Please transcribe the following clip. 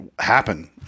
happen